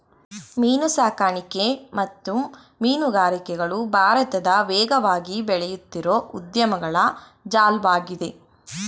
ಮೀನುಸಾಕಣೆ ಮತ್ತು ಮೀನುಗಾರಿಕೆಗಳು ಭಾರತದ ವೇಗವಾಗಿ ಬೆಳೆಯುತ್ತಿರೋ ಉದ್ಯಮಗಳ ಜಾಲ್ವಾಗಿದೆ